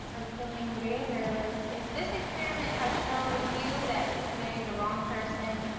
i'm feeling very nervous. if this experiment has shown hue that he's married the wrong person,